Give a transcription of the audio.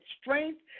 strength